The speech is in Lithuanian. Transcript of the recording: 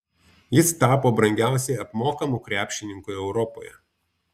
jis tapo brangiausiai apmokamu krepšininku europoje